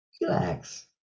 relax